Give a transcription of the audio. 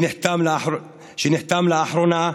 שנחתם לאחרונה,